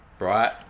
right